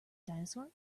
dinosaur